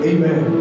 Amen